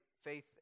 faith